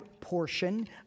portion